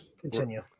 Continue